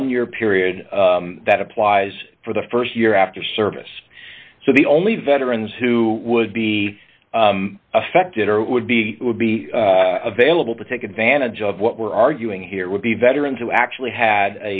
one year period that applies for the st year after service so the only veterans who would be affected or would be would be available to take advantage of what we're arguing here would be veterans who actually had